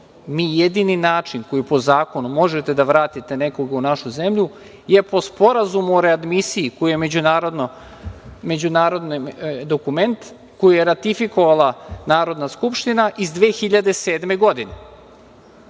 jedini način koji je po zakonu, na koji možete da vratite nekog u našu zemlju, je po Sporazumu o readmisiji, koji je međunarodni dokument, koji je ratifikovala Narodna skupština iz 2007. godine.